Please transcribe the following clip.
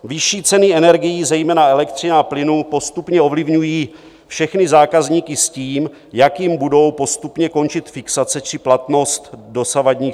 Vyšší ceny energií, zejména elektřiny a plynu, postupně ovlivňují všechny zákazníky s tím, jak jim budou postupně končit fixace či platnost dosavadních smluv.